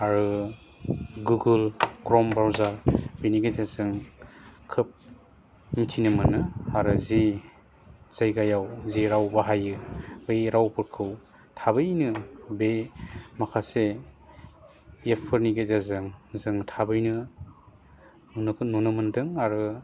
आरो गुगोल ख्रम ब्रावजार बिनि गेजेरजों खोब मिन्थिनो मोनो आरो जि जायगायाव जेराव बाहायो बै रावफोरखौ थाबैनो बे माखासे एप्सफोरनि गेजेरजों जों थाबैनो नुनोखौ नुनो मोनदों आरो